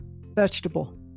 vegetable